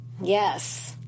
Yes